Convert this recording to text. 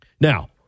now